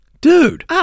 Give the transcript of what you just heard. dude